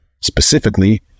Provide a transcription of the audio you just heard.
Specifically